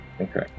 Okay